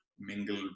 mingle